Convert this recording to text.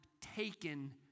taken